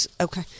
okay